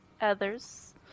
others